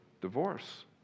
divorce